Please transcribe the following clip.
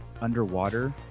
underwater